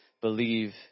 believe